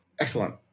excellent